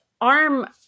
arm